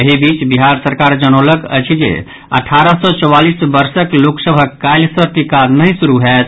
एहि बीच बिहार सरकार जनौलकि अछि जे अठारह सँ चौवालीस वर्षक लोक सभक काल्हि सँ टीका नहि शुरू होयत